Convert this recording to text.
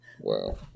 wow